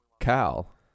Cal